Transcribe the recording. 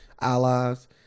allies